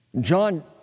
John